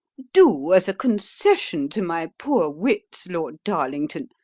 do, as a concession to my poor wits, lord darlington,